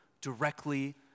directly